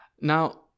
Now